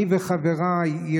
אני וחבריי,